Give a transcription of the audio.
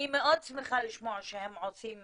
אני מאוד שמחה לשמוע שהם עושים